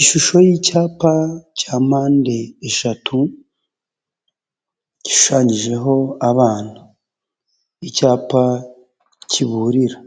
Ishusho y'icyapa cya mpande eshatu, gishushanyijeho abana, icyapa kiburira,